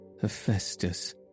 Hephaestus